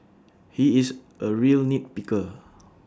he is A real nit picker